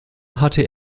hatte